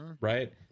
right